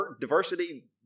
diversity